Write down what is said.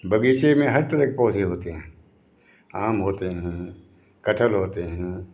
बगीचे में हर तरह के पौधे होते हैं आम होते हैं कटहल होते हैं